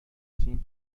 تیم